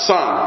Son